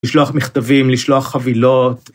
לשלוח מכתבים, לשלוח חבילות.